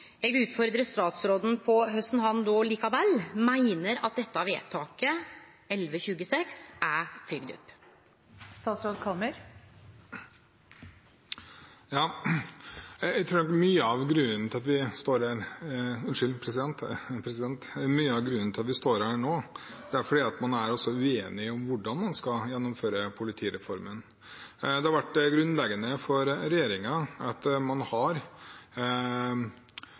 vil utfordre statsråden på korleis han då likevel meiner at dette vedtaket – 1126 – er følgt opp. Jeg tror mye av grunnen til at vi står her nå, er at man er uenig om hvordan man skal gjennomføre politireformen. Det har vært grunnleggende for regjeringen at man har gjort ganske store løft innenfor politiet. Man har gjennomført store strukturendringer innenfor politiet, og man har tilført politiet langt større ressurser enn de noen gang har